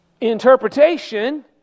interpretation